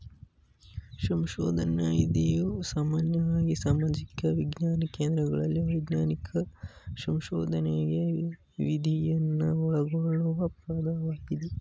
ಸಂಶೋಧನ ನಿಧಿಯು ಸಾಮಾನ್ಯವಾಗಿ ಸಾಮಾಜಿಕ ವಿಜ್ಞಾನ ಕ್ಷೇತ್ರಗಳಲ್ಲಿ ವೈಜ್ಞಾನಿಕ ಸಂಶೋಧನ್ಗೆ ನಿಧಿಯನ್ನ ಒಳಗೊಳ್ಳುವ ಪದವಾಗಿದೆ